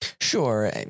Sure